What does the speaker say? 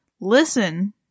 Listen